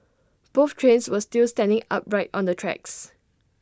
both trains were still standing upright on the tracks